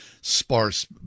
sparse